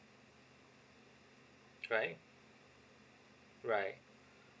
right right